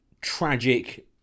tragic